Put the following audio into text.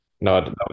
no